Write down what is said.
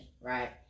right